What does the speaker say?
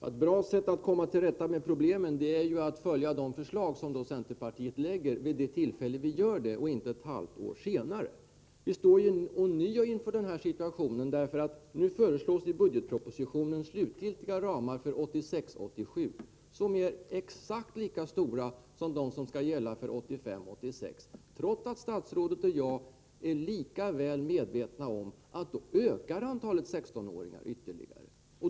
Herr talman! Ett bra sätt att komma till rätta med problemen är att följa de förslag som centerpartiet lägger fram vid det tillfälle då vi gör det och inte ett halvår senare. Vi står ånyo inför denna situation, för nu föreslås det i budgetpropositionen slutgiltiga ramar för 1986 86, trots att statsrådet lika väl som jag är medveten om att antalet 16-åringar ökar ytterligare.